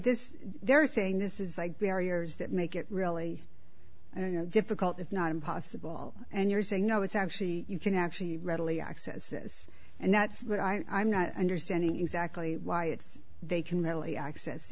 this they're saying this is like barriers that make it really i don't know difficult if not impossible and you're saying no it's actually you can actually readily access this and that's what i'm not understanding exactly why it's they can readily access t